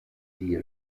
die